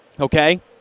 Okay